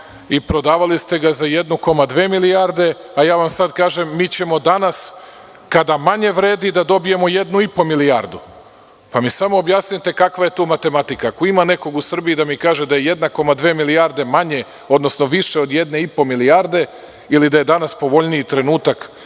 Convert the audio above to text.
i prodavali ste ga za 1,2 milijarde, a ja vam sada kažem - mi ćemo danas, kada manje vredi, da dobijemo 1,5 milijardu, pa mi samo objasnite kakva je tu matematika. Ako ima nekog u Srbiji da mi kaže da 1,2 milijarde više od 1,5 milijarde ili da je danas povoljniji trenutak